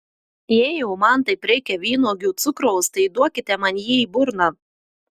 jei jau man taip reikia vynuogių cukraus tai duokite man jį į burną